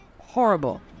horrible